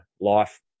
life